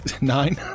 nine